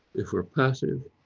if we're passive,